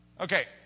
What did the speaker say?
Okay